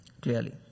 clearly